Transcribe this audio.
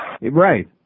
Right